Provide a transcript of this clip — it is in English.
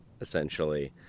essentially